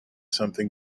something